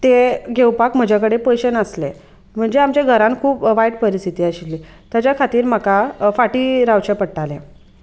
तें घेवपाक म्हजे कडेन पयशे नासलें म्हणजे आमच्या घरान खूब वायट परिस्थिती आशिल्ली ताच्या खातीर म्हाका फाटीं रावचें पडटालें